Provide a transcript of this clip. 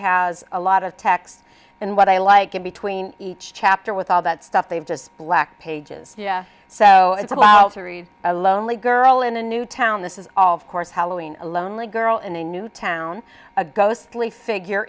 has a lot of text and what i like in between each chapter with all that stuff they've just lacked pages so it's allowed to read a lonely girl in a new town this is of course halloween a lonely girl in a new town a ghostly figure